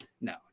no